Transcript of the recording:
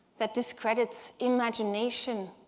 that discredits imagination,